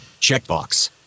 checkbox